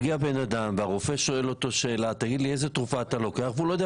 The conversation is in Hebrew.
מגיע בן אדם והרופא שואל אותו איזה תרופה הוא לוקח והוא לא יודע